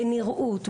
בנראות,